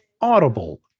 Audible